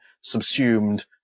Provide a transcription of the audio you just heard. subsumed